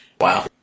Wow